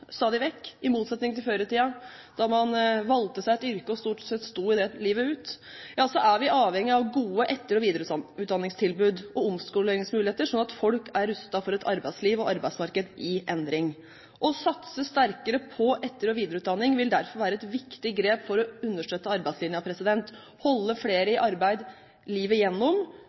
stadig vekk, i motsetning til før i tiden, der man valgte seg et yrke og stort sett sto i det livet ut, ja så er vi avhengig av gode etter- og videreutdanningstilbud og omskoleringsmuligheter sånn at folk er rustet for et arbeidsliv og arbeidsmarked i endring. Å satse sterkere på etter- og videreutdanning vil derfor være et viktig grep for å understøtte arbeidslinja og holde flere i arbeid livet